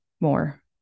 more